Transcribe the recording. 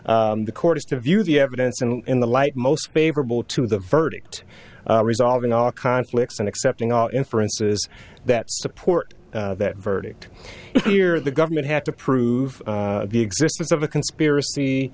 the court has to view the evidence and in the light most favorable to the verdict resolving our conflicts and accepting all inferences that support that verdict here the government have to prove the existence of a conspiracy